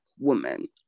woman